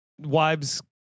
Wives